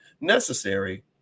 necessary